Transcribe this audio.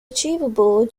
achievable